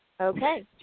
Okay